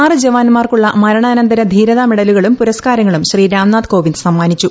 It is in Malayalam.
ആറ് ജവാന്മാർക്കുള്ള മരണാനന്തര ധീരതാ മെഡലുകളും പുരസ്കാരങ്ങളും ശ്രീ രാംനാഥ് കോവിന്ദ് സമ്മാനിച്ചു